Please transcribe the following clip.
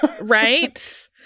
Right